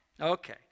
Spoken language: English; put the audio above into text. Okay